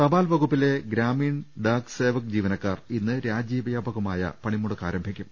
തപാൽ വകുപ്പിലെ ഗ്രാമീണ ഡാക് സേവക് ജീവനക്കാർ ഇന്ന് രാജ്യവൃാപകമായ പണിമുടക്ക് ആരംഭിക്കും